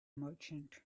merchant